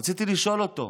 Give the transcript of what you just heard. רציתי לשאול אותו: